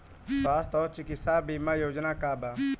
स्वस्थ और चिकित्सा बीमा योजना का बा?